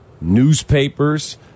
newspapers